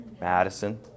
Madison